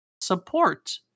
support